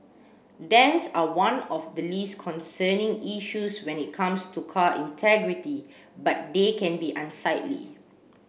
dents are one of the least concerning issues when it comes to car integrity but they can be unsightly